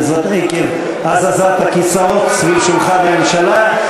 וזאת עקב הזזת הכיסאות סביב שולחן הממשלה.